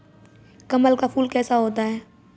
कमल का फूल कैसा होता है?